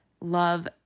love